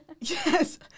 Yes